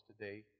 today